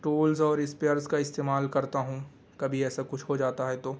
tools اور spares کا استعمال کرتا ہوں کبھی ایسا کچھ ہو جاتا ہے تو